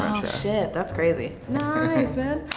shit, that's crazy. nice, and